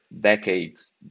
decades